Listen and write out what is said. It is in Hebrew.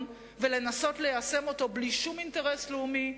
ולנסות ליישם אותו בלי שום אינטרס לאומי,